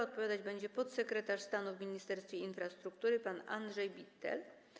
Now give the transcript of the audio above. Odpowiadać będzie podsekretarz stanu w Ministerstwie Infrastruktury pan Andrzej Bittel.